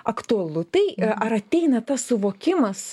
aktualu tai ar ateina tas suvokimas